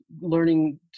learning